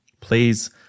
Please